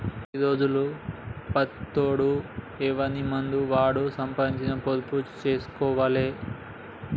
గీ రోజులల్ల ప్రతోడు ఎవనిమందం వాడు సంపాదించి పొదుపు జేస్కోవాలె